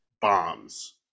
bombs